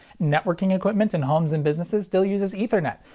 networking equipment in homes and businesses still uses ethernet,